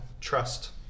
Trust